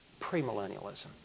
premillennialism